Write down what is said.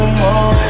more